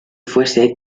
fuese